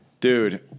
Dude